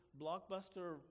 blockbuster